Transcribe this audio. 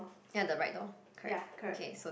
ya the right door correct okay so the